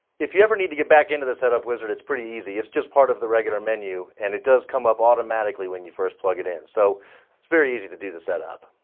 if you ever need to get back into the setup wizard it's pretty easy. it's just part of the regular menu and it does come up automatically when you first plug it in so it's very easy to do the setup.